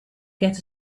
get